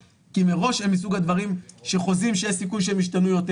כי מראש הם מסוג הדברים שחוזים שיש סיכוי שהם ישתנו יותר.